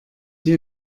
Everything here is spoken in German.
die